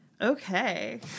okay